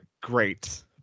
Great